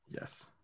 Yes